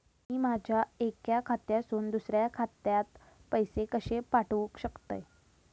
मी माझ्या एक्या खात्यासून दुसऱ्या खात्यात पैसे कशे पाठउक शकतय?